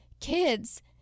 Kids